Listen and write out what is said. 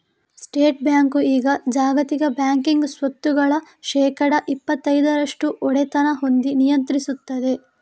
state bank ಈಗ ಜಾಗತಿಕ banking ಸ್ವತ್ತುಗಳ ಶೇಕಡಾ ಇಪ್ಪತೈದರಷ್ಟು ಒಡೆತನ ಹೊಂದಿ ನಿಯಂತ್ರಿಸ್ತದೆ